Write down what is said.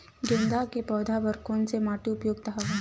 गेंदा के पौधा बर कोन से माटी उपयुक्त हवय?